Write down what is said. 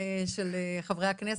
של חברי הכנסת.